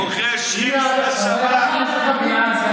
הוא אוכל שרימפס בשבת.